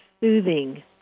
soothing